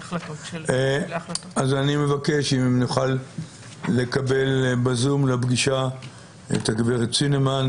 אני מבקש אם נוכל לקבל בזום לפגישה את הגברת צינמן,